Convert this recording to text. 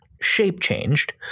shape-changed